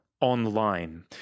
online